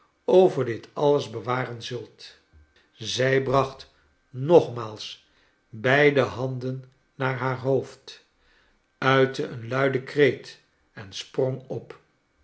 over dit alles bewaren zult zij bracht nogmaals beide handen naar haar hoofd uitte een luiden kreet en sprong op